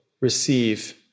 receive